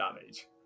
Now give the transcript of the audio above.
damage